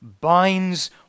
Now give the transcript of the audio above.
binds